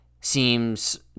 seems